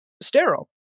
sterile